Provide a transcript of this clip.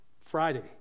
Friday